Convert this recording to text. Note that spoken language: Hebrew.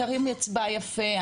תרים אצבע יפה,